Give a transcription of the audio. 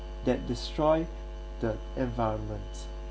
that destroy the environment